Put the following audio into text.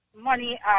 money